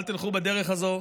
אל תלכו בדרך הזו.